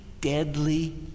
deadly